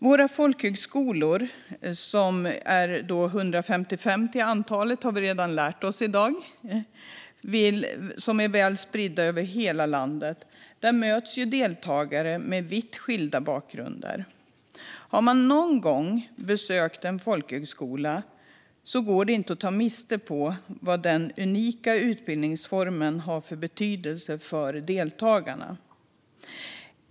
Våra folkhögskolor är 155 till antalet, har vi lärt oss i dag. De är väl spridda över hela landet. Där möts deltagare med vitt skilda bakgrunder. Har man någon gång besökt en folkhögskola kan man inte ta miste på vad denna unika utbildningsform har för betydelse för deltagarna.